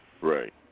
Right